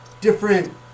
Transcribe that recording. different